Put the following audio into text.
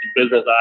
business